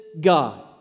God